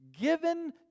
Given